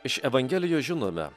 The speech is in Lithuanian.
iš evangelijos žinome